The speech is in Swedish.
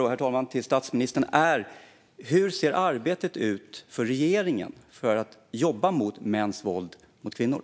Min fråga till statsministern är: Hur ser arbetet ut i regeringen när det gäller att jobba mot mäns våld mot kvinnor?